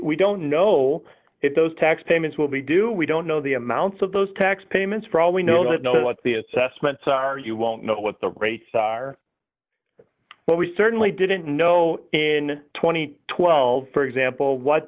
we don't know if those tax payments will be due we don't know the amounts of those tax payments for all we know that know what the assessments are you won't know what the rates are but we certainly didn't know in two thousand and twelve for example what